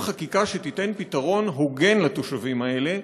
חקיקה שתיתן פתרון הוגן לתושבים האלה,